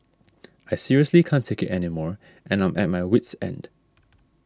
I seriously can't take it anymore and I'm at my wit's end